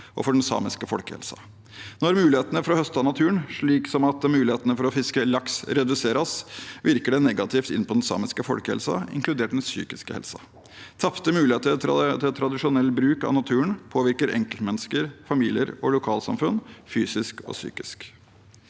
for den samiske folkehelsen. Når mulighetene for å høste av naturen, slik som mulighetene for å fiske laks, reduseres, virker det negativt inn på den samiske folkehelsen, inkludert den psykiske helsen. Tapte muligheter til tradisjonell bruk av naturen påvirker enkeltmennesker, familier og lokalsamfunn fysisk og psykisk.